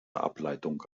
ableitung